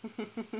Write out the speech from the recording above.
mmhmm